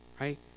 right